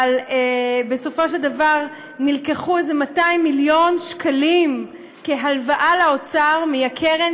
אבל בסופו של דבר נלקחו איזה 200 מיליון שקלים כהלוואה לאוצר מהקרן,